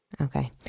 Okay